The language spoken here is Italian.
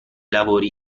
lavori